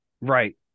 Right